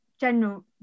general